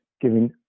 Giving